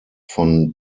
von